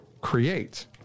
create